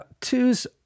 Twos